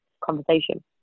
conversation